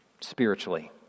spiritually